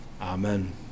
Amen